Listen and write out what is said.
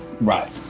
Right